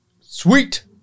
Sweet